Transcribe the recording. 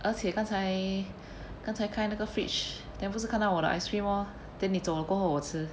而且刚才刚才开那个 fridge then 不是看到我的 ice cream orh then 你走了过后我吃